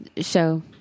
show